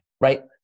right